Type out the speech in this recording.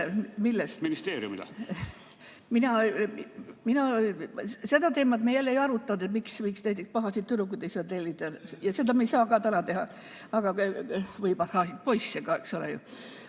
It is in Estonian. millest? Ministeeriumile. Seda teemat me jälle ei arutanud, miks näiteks pahasid tüdrukuid ei saa tellida, ja seda me ei saa ka täna teha. Või pahasid poisse, eks ole ju.